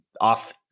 off